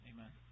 Amen